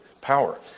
power